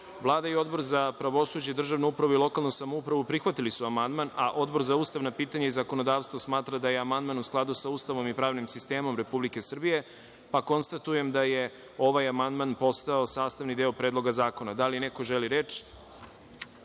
i Odbor za pravosuđe, državnu upravu i lokalnu samoupravu prihvatili su amandman. Odbor za ustavna pitanja i zakonodavstvo smatra da je amandman u skladu sa Ustavom i pravnim sistemom Republike Srbije. Konstatujem da je ovaj amandman postao sastavni deo Predloga zakona. Da li neko želi reč?